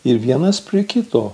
ir vienas prie kito